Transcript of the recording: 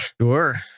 Sure